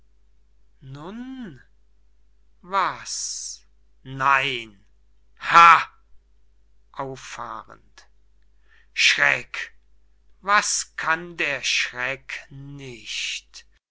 was nein ha auffahrend schreck was kann der schreck nicht